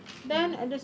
mm